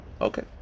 Okay